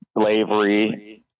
slavery